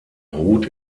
ruht